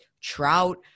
Trout